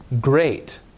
great